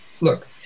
Look